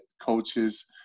coaches